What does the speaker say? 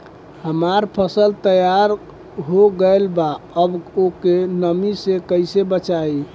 हमार फसल तैयार हो गएल बा अब ओके नमी से कइसे बचाई?